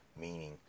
meaning